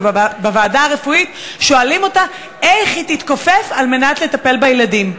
ובוועדה הרפואית שואלים אותה איך היא תתכופף כדי לטפל בילדים.